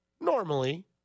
normally